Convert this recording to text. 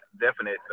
definite